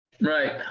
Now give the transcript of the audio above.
Right